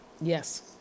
Yes